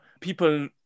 people